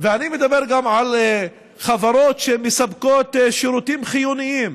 ואני מדבר גם על חברות שמספקות שירותים חיוניים,